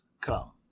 come